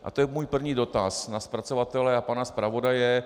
A to je můj první dotaz na zpracovatele a pana zpravodaje.